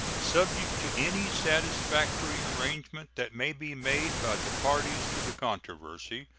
subject to any satisfactory arrangement that may be made by the parties to the controversy,